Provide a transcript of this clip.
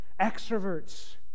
Extroverts